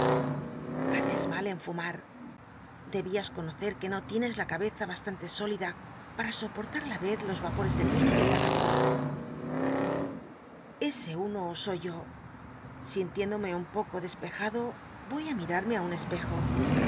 laces mal en fumar debías conocer que no tienes la cabeza bast lnte sólida pam soportar á la rez los vapores del l'ino y del tabaco ese tmo soy yo sintiéndome un poco despejado voy á mirarme á un espejo